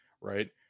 right